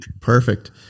Perfect